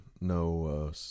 No